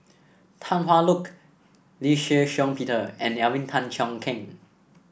Tan Hwa Look Lee Shih Shiong Peter and Alvin Tan Cheong Kheng